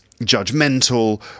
judgmental